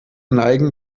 neigen